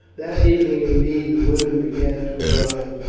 that evening, indeed, the women began to arrive,